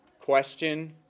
question